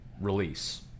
release